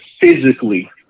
physically